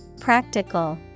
Practical